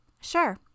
Sure